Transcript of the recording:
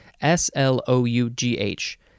S-L-O-U-G-H